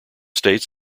states